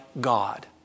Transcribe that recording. God